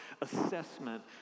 assessment